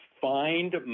find